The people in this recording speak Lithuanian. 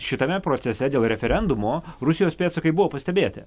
šitame procese dėl referendumo rusijos pėdsakai buvo pastebėti